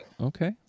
Okay